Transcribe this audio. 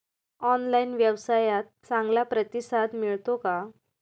Online व्यवसायात चांगला प्रतिसाद मिळतो का?